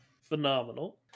phenomenal